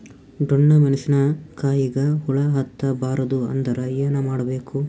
ಡೊಣ್ಣ ಮೆಣಸಿನ ಕಾಯಿಗ ಹುಳ ಹತ್ತ ಬಾರದು ಅಂದರ ಏನ ಮಾಡಬೇಕು?